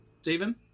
Stephen